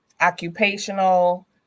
occupational